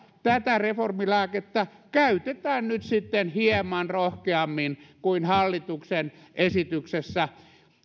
tätä reformilääkettä käytetään nyt sitten hieman rohkeammin kuin hallituksen esityksessä